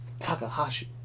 Takahashi